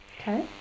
Okay